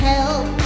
Help